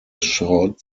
short